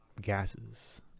gases